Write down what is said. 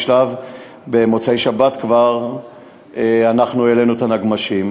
כבר במוצאי-שבת העלינו את הנגמ"שים.